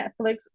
Netflix